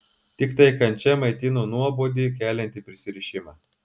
tiktai kančia maitino nuobodį keliantį prisirišimą